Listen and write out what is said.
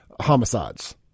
homicides